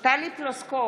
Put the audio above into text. טלי פלוסקוב,